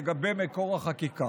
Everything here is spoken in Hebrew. לגבי מקור החקיקה.